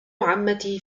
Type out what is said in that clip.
عمتي